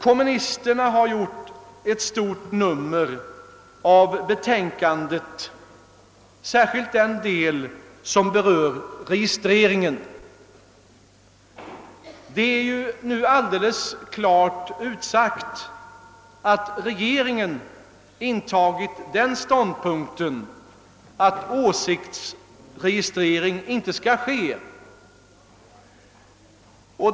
| Kommunisterna har gjort ett stort: nummer av betänkandet, särskilt den del som rör registreringen. Det är nu alldeles klart utsagt att regeringen intagit den ståndpunkten att åsiktsregistrering inte skall ske.